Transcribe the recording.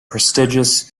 prestigious